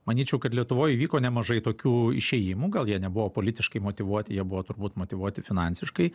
manyčiau kad lietuvoj įvyko nemažai tokių išėjimų gal jie nebuvo politiškai motyvuoti jie buvo turbūt motyvuoti finansiškai